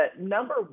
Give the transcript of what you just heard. number